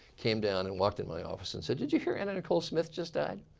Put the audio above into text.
came down and walked in my office and said, did you hear anna nicole smith just died.